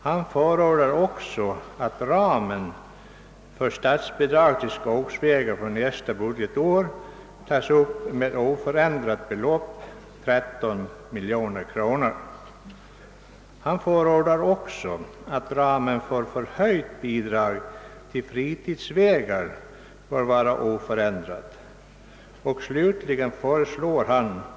Han föreslår riksdagen att dels medge, att under budgetåret 1968 69 anvisa ett förslagsanslag av 13 000 000 kronor att avräknas mot automobilskattemedlen.